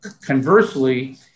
Conversely